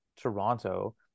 Toronto